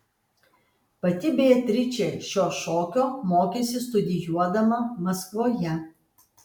pati beatričė šio šokio mokėsi studijuodama maskvoje